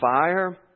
fire